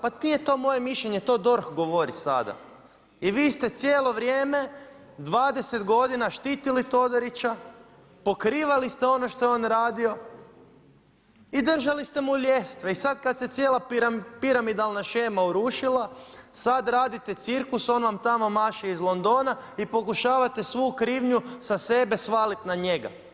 Pa nije to moje mišljenje to DORH govori sada i vi ste cijelo vrijeme 20 godina štitili Todorića, pokrivali ste ono što je on radio i držali ste mu ljestve i sada kada se cijela piramidalna shema urušila sada radite cirkus, a on vam tamo maše iz Londona i pokušavate svu krivnju sa sebe svaliti na njega.